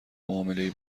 معاملهای